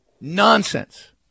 Nonsense